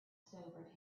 sobered